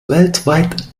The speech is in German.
weltweit